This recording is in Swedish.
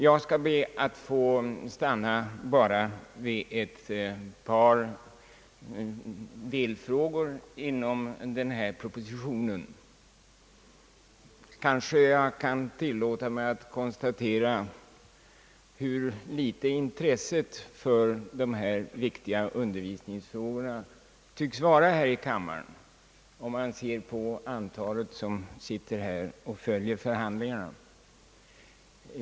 Jag skall be att få stanna vid ett par delfrågor, men kanske jag först kan tillåta mig att konstatera hur litet intresset för dessa viktiga undervisnings frågor tycks vara här i kammaren, om man ser på antalet som sitter här och följer förhandlingarna.